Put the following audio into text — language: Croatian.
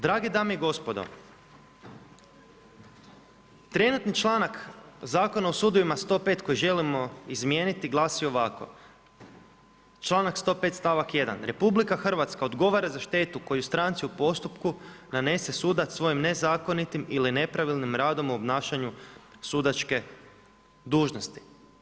Drage dame i gospodo, trenutni članak Zakona o sudovima, 105. koji želimo izmijeniti glasi ovako, članak 105. stavak 1. RH odgovara za štetu koju stranci u postupku nanese sudac svojim nezakonitim ili nepravilnim radom u obnašanju sudačke dužnosti.